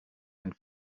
and